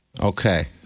Okay